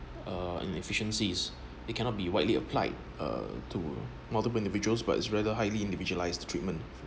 uh in efficiencies it cannot be widely applied uh to multiple individuals but it's rather highly individualized treatment